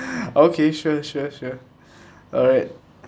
okay sure sure sure alright